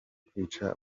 kwica